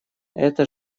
это